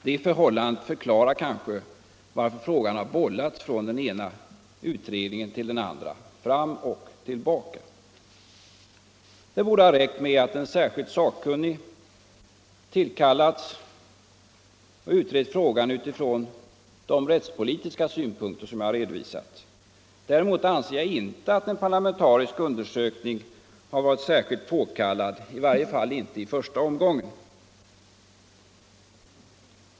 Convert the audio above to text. Detta förhållande förklarar kanske varför frågan bollats från den ena utredningen till den andra, fram och tillbaka. Det borde ha räckt med att en särskilt tillkallad sakkunnig utrett frågan utifrån de rättspolitiska synpunkter jag redovisat. Däremot anser jag inte att en parlamentarisk undersökning varit särskilt påkallad — i varje fall inte i första omgången.